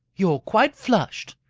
you are quite flushed.